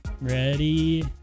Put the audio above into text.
Ready